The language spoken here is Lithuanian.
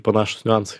panašūs niuansai